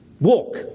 Walk